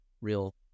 real